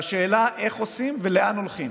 והשאלה איך עושים ולאן הולכים.